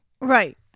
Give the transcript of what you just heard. Right